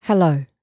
Hello